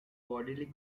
bodily